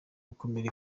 gukumira